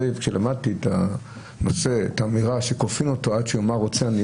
כשלמדתי את הנושא הייתה אמירה שכופין אותו עד שיאמר רוצה אני,